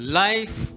life